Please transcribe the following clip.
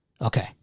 Okay